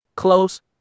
Close